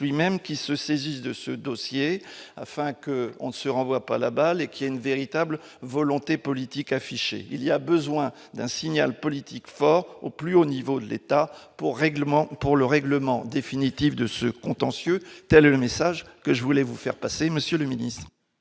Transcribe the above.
lui-même qui se saisissent de ce dossier afin que on se renvoie pas la balle et qui a une véritable volonté politique affichée il y a besoin d'un signal politique fort au plus haut niveau de l'État pour règlement pour le règlement définitif de ce contentieux, c'est le message que je voulais vous faire passer Monsieur le Ministre.